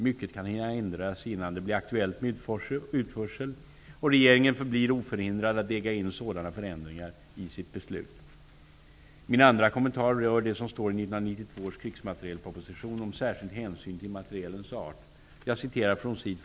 Mycket kan hinna ändras innan det blir aktuellt med utförsel och regeringen förblir oförhindrad att väga in sådana förändringar i sitt beslut. Min andra kommentar rör det som står i 1992 års krigsmaterielproposition om särskild hänsyn till materielens art. Jag citerar från sid.